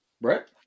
Brett